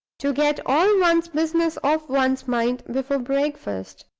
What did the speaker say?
to get all one's business off one's mind before breakfast!